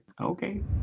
Okay